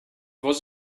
was